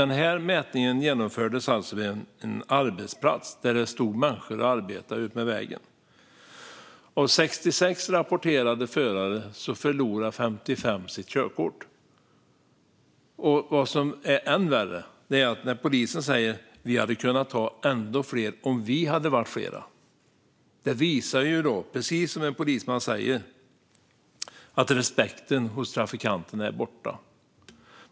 Denna mätning genomfördes alltså vid en arbetsplats där det stod människor och arbetade utmed vägen. Av 66 rapporterade förare förlorade alltså 55 förare sitt körkort. Vad som är än värre är att polisen sa: Vi hade kunnat ta ännu fler om vi hade varit fler. Det visar, precis som en polisman säger, att respekten hos trafikanterna är borta.